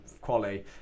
Quality